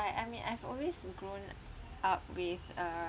I I mean I've always grown up with uh